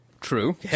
True